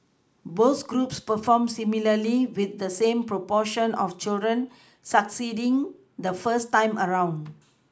both groups performed similarly with the same proportion of children succeeding the first time around